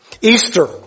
Easter